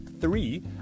three